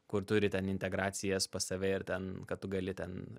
kur turi ten integracijas pas save ir ten kad tu gali ten